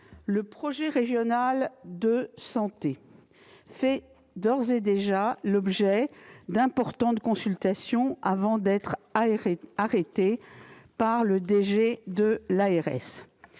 le projet régional de santé fait d'ores et déjà l'objet d'importantes consultations avant d'être arrêté par le directeur